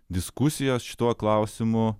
diskusijos šituo klausimu